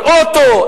כל אוטו.